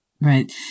right